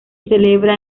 celebra